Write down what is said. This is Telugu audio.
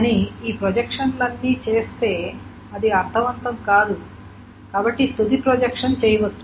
కానీ ఈ ప్రొజెక్షన్లన్నీ చేస్తే అది అర్ధవంతం కాదు కాబట్టి తుది ప్రొజెక్షన్ చేయవచ్చు